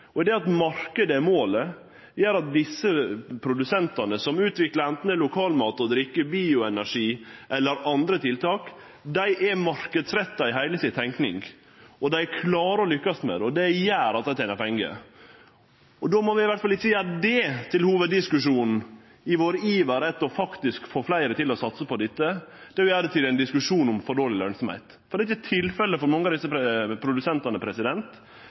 mål. Det at marknaden er målet, gjer at dei produsentane som utviklar anten lokal mat og drikke, bioenergi eller andre tiltak, er marknadsretta i heile tenkinga si, og dei klarar å lykkast med det, og det gjer at dei tener pengar. Då må vi iallfall ikkje i iveren vår etter faktisk å få fleire til å satse på dette gjere det til ein hovuddiskusjon om for dårleg lønsemd. Det er ikkje tilfellet for mange av desse produsentane.